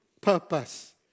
purpose